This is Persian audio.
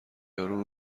یارو